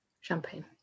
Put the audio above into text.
champagne